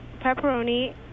pepperoni